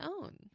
own